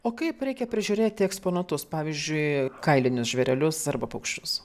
o kaip reikia prižiūrėti eksponatus pavyzdžiui kailinius žvėrelius arba paukščius